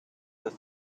this